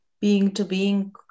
being-to-being